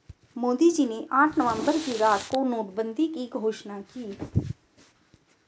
मोदी जी ने आठ नवंबर की रात को नोटबंदी की घोषणा की